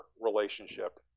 relationship